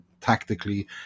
tactically